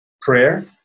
prayer